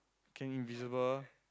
can invisible